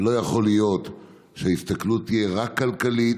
ולא יכול להיות שההסתכלות תהיה רק כלכלית